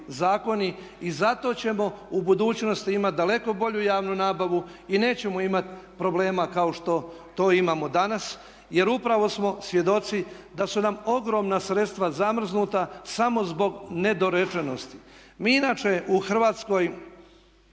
zakoni i zato ćemo u budućnosti imati daleko bolju javnu nabavu i nećemo imati problema kao što to imamo danas. Jer upravo smo svjedoci da su nam ogromna sredstva zamrznuta samo zbog nedorečenosti. Mi inače u Hrvatskoj